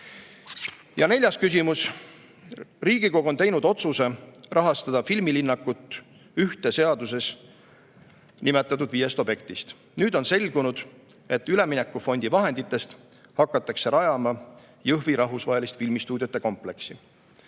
on. Neljas küsimus: "Riigikogu on teinud otsuse rahastada filmilinnakut, ühte seaduses nimetatud viiest objektist. Nüüd on selgunud, et üleminekufondi vahenditest hakatakse rajama Jõhvi rahvusvahelist filmistuudiote kompleksi